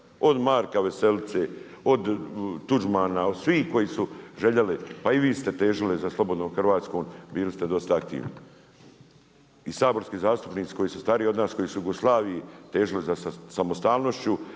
od Marka Veselice od Tuđmana od svih koji su željeli pa i vi ste težili za slobodnom Hrvatskom, bili ste dosta aktivni i saborski zastupnici koji su stariji od nas koji su u Jugoslaviji težili za samostalnošću,